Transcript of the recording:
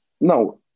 No